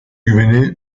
güveni